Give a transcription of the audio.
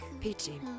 peachy